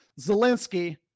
Zelensky